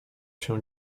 się